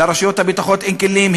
לרשויות הביטחון אין כלים.